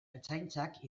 ertzaintzak